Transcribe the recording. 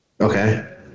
Okay